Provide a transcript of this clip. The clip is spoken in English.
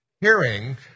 hearing